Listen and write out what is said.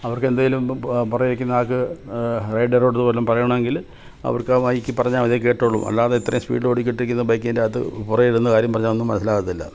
അവർക്ക് എന്തെങ്കിലും പുറകെ ഇരിക്കുന്ന ആൾക്ക് റൈഡറോട് അത് വല്ലതും പറയണമെങ്കിൽ അവർക്ക് ആ മൈക്കിൽ പറഞ്ഞാൽ മതി കേട്ടോളും അല്ലാതെ അത്രയും സ്പീഡിൽ ഓടിക്കൊണ്ടിരിക്കുന്ന ബൈക്കിൻ്റെ അകത്ത് പുറകെ ഇരുന്ന് കാര്യം പറഞ്ഞാൽ ഒന്നും മനസ്സിലാവത്തില്ല